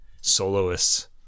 soloists